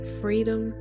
freedom